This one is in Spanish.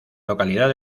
localidad